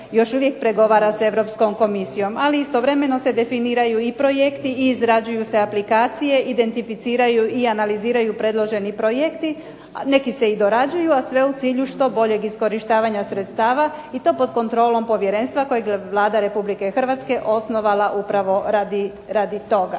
još uvijek pregovora s Europskom Komisijom. Ali istovremeno se definiraju i projekti i izrađuju se aplikacije, identificiraju i analiziraju predloženi projekti, neki se i dorađuju, a sve u cilju što boljeg iskorištavanja sredstava i to pod kontrolom povjerenstva kojeg je Vlada Republike Hrvatske osnovala upravo radi toga.